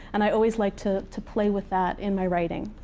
and i always like to to play with that in my writing.